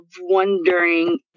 wondering